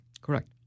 Correct